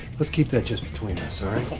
let's keep that just between us, alright?